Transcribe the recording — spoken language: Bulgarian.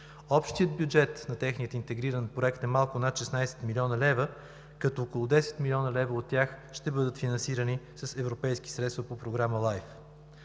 Общият бюджет на техния интегриран проект е малко над 16 млн. лв., като около 10 млн. лв. от тях ще бъдат финансирани с европейски средства по Програма LIFE.